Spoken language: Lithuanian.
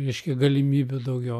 reiškia galimybių daugiau